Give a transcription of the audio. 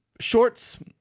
shorts